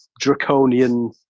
draconian